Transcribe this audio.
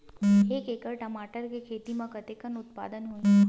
एक एकड़ टमाटर के खेती म कतेकन उत्पादन होही?